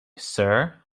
sir